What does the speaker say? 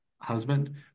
husband